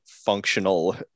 functional